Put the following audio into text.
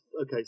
okay